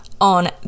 on